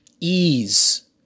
ease